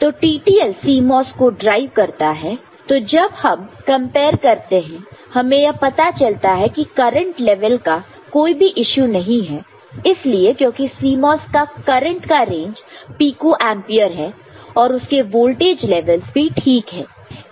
तो TTL CMOS को drive करता है तो जब हम कंपेयर करते हैं हमें यह पता चलता है की करंट लेवल का कोई भी इशू नहीं है इसलिए क्योंकि CMOS का करंट का रेंज पीको एंपियर है और उसके वोल्टेज लेवल्स भी ठीक है